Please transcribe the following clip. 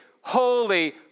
holy